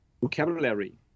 vocabulary